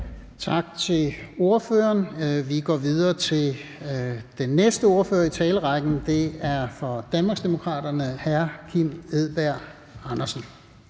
Tak til ordføreren. Vi går videre til den næste ordfører i talerrækken. Det er for Danmarksdemokraterne hr. Kim Edberg Andersen.